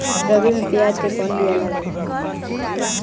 रबी में प्याज के कौन बीया लागेला?